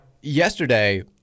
yesterday